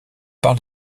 parle